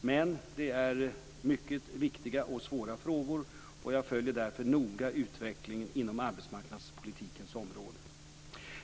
Men det är mycket viktiga och svåra frågor, och jag följer därför noga utvecklingen inom arbetsmarknadspolitikens område.